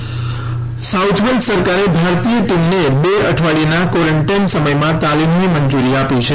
વધુ સાઉથવેલ્સ સરકારે ભારતીય ટીમને બે અઠવાડીયાનાં ક્વોરેન્ટાઈન સમયમાં તાલીમની મંજૂરી આપી છે